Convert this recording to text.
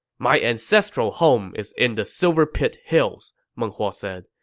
my ancestral home is in the silver pit hills, meng huo said.